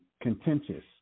contentious